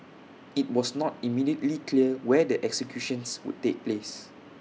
IT was not immediately clear where the executions would take place